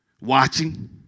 watching